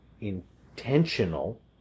intentional